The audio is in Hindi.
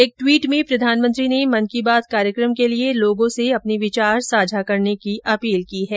एक ट्वीट में प्रधानमंत्री ने मन की बात कार्यक्रम के लिए लोगों से अपने विचार साझा करने की अपील की है